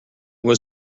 was